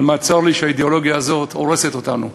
אבל מה, צר לי שהאידיאולוגיה הזאת הורסת אותנו.